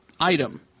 item